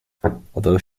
although